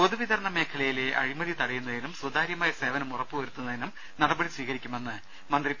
പൊതുവിതരണ മേഖലയിലെ അഴിമൃതി തടയുന്നതിനും സുതാര്യമായ സേവനം ഉറപ്പ് വരുത്തുന്നതിനും നട്പടി സ്വീകരിക്കുമെന്ന് മന്ത്രി പി